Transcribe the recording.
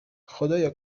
خدایا